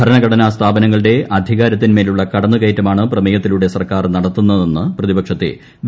ഭരണഘടനാ സ്ഥാപനങ്ങളുടെ അധികാരത്തിന്മേലുള്ള കടന്നുകയറ്റമാണ് പ്രമേയത്തിലൂടെ സർക്കാർ നടത്തുന്നതെന്ന് പ്രതിപക്ഷത്തെ വി